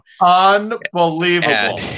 Unbelievable